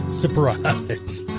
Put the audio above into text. surprise